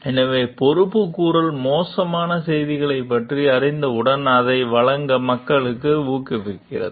எனவே பொறுப்புக்கூறல் மோசமான செய்திகளைப் பற்றி அறிந்தவுடன் அதை வழங்க மக்களை ஊக்குவிக்கிறது